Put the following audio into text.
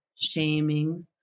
shaming